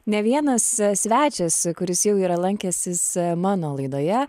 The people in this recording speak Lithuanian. ne vienas svečias kuris jau yra lankęsis mano laidoje